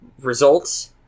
Results